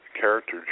character